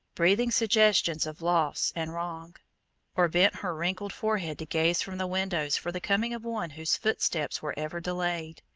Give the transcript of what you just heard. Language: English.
breathing suggestions of loss and wrong or bent her wrinkled forehead to gaze from the windows for the coming of one whose footsteps were ever delayed.